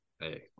Hey